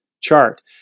chart